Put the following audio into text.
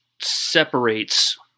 separates